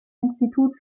institut